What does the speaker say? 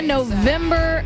November